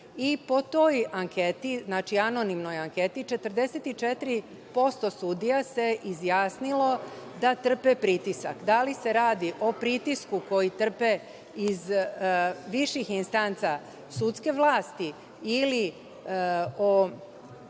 Po toj anonimnoj anketi 44% sudija se izjasnilo da trpe pritisak. Da li se radi o pritisku koji trpe iz viših instanca sudske vlasti ili o